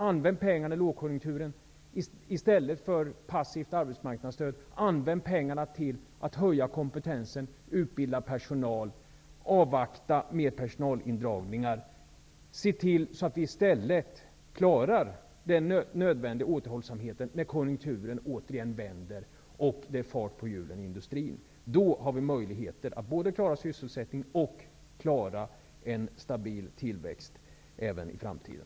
I stället för att lämna ut passivt arbetsmarknadsstöd under lågkonjunkturen kan man använda pengarna till att höja kompetensen och utbilda personal. Man kan avvakta med personalindragningar och se till att vi i stället klarar den nödvändiga återhållsamheten när konjunkturen vänder och det blir fart på hjulen i industrin. Då har vi möjligheter att klara både sysselsättningen och en stabil tillväxt även i framtiden.